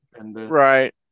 right